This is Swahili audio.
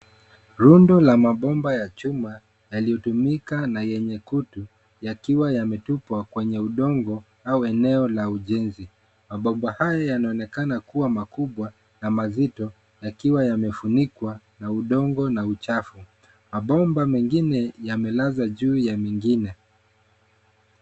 Rundo la mabomba ya chuma yaliyotumika na yenye kutu, yakiwa yametupwa kwenye udongo au eneo la ujenzi. Mabomba haya yanaonekana kuwa makubwa na mazito yakiwa yamefunikwa na udongo na uchafu. Mabomba mengine yamelazwa juu ya mengine.